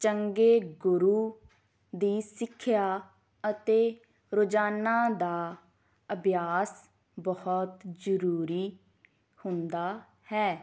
ਚੰਗੇ ਗੁਰੂ ਦੀ ਸਿੱਖਿਆ ਅਤੇ ਰੋਜ਼ਾਨਾ ਦਾ ਅਭਿਆਸ ਬਹੁਤ ਜ਼ਰੂਰੀ ਹੁੰਦਾ ਹੈ